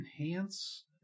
enhance